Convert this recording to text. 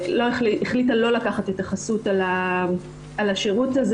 החליטה לא לקחת את החסות על השרות הזה.